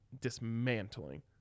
dismantling